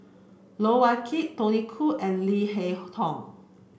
Loh Wai Kiew Tony Khoo and Leo Hee Tong